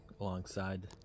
alongside